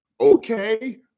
Okay